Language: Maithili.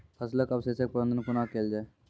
फसलक अवशेषक प्रबंधन कूना केल जाये?